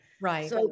Right